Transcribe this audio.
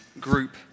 group